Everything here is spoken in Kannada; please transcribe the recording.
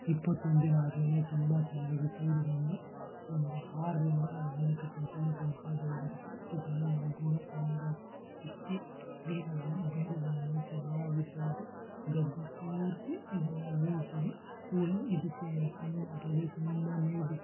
ಇಪ್ಪತ್ತೊಂದು ದಿನ ಆದಮೇಲೆ ತುಂಬ ಚೆನ್ನಾಗಿ ಪೈರು ಬಂದು ಒಂದು ಆರರಿಂದ ಎಂಟು ಸೆಂಟಿಮೀಟ್ರ್ ಉದ್ದ ಬೆಳೆದಿರತ್ತೆ ಇದನ್ನು ನಾವು ಬುಡ ಸಮೇತ ಕಿತ್ತಿ ನೀರಿನಲ್ಲಿ ಬೇರುಗಳನ್ನು ಚೆನ್ನಾಗಿ ತೊಳೆದು ಗದ್ದೆ ಪೂರ್ತಿ ಇದನ್ನು ಹೂಳ್ತಿವಿ ಹೂಳಿ ಇದಕ್ಕೆ ತುಂಬ ಗದ್ದೆ ತುಂಬ ನೀರು ಬಿಟ್ಟಾಗ